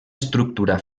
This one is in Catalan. estructura